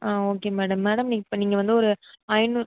ஆ okay madam madam இப்போ நீங்கள் வந்து ஒரு ஐந்நூறு